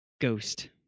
ghost